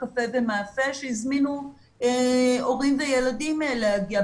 קפה ומאפה והזמינו הורים וילדים להגיע,